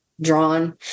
drawn